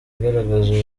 agaragaza